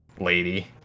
lady